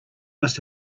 must